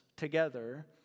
Together